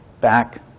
back